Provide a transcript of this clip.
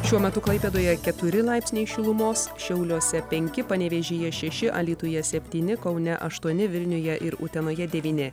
šiuo metu klaipėdoje keturi laipsniai šilumos šiauliuose penki panevėžyje šeši alytuje septyni kaune aštuoni vilniuje ir utenoje devyni